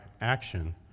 action